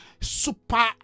super